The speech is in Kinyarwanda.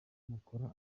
mukora